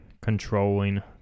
controlling